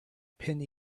pin